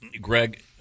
greg